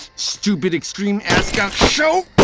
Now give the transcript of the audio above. stupid extreme and ask-out show.